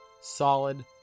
solid